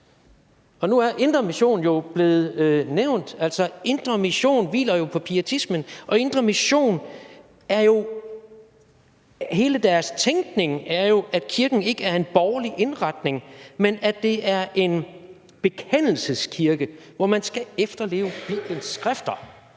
Nu er Indre Mission blevet nævnt, og Indre Mission hviler på pietismen, og hele tænkningen i Indre Mission er jo, at kirken ikke er en borgerlig indretning, men en bekendelseskirke, hvor man skal efterleve Biblens skrifter,